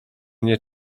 nie